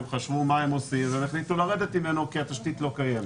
הם חשבו מה הם עושים והם החליטו לרדת ממנו כי התשתית לא קיימת.